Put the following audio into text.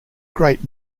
great